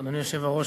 אדוני היושב-ראש,